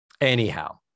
Anyhow